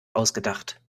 ausgedacht